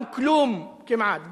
גם כלום כמעט,